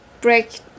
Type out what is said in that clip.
break